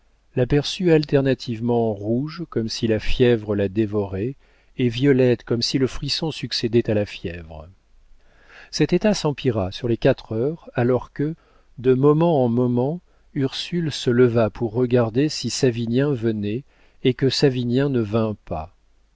l'aperçut alternativement rouge comme si la fièvre la dévorait et violette comme si le frisson succédait à la fièvre cet état s'empira sur les quatre heures alors que de moment en moment ursule se leva pour regarder si savinien venait et que savinien ne vint pas